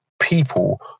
people